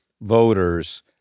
voters